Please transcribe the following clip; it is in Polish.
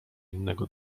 innego